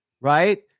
right